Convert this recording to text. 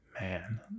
man